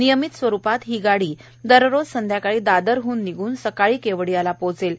नियमित स्वरूपात ही गाडी दररोज संध्याकाळी दादरहन निघून सकाळी केवडियाला पोचणार आहे